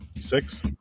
Six